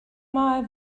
mal